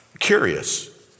Curious